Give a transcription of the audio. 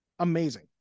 Amazing